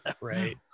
Right